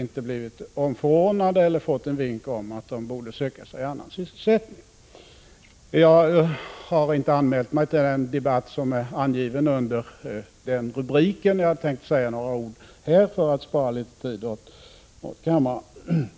inte har blivit omförordnade eller har fått en vink om att de borde söka sig annan sysselsättning. Jag har inte anmält mig till den debatt som skall äga rum i detta ämne, utan jag har tänkt säga några ord i detta sammanhang för att spara tid åt kammaren.